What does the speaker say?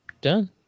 done